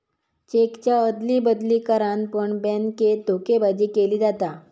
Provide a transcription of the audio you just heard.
चेकच्या अदली बदली करान पण बॅन्केत धोकेबाजी केली जाता